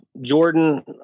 Jordan